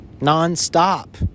Non-stop